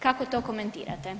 Kako to komentirate?